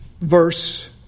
verse